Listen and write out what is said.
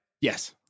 Yes